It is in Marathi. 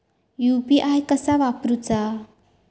यू.पी.आय कसा वापरूचा?